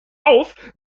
auf